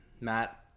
matt